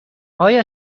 آیا